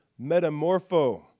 metamorpho